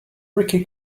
ricky